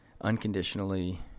unconditionally